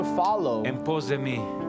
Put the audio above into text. follow